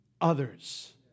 others